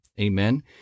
amen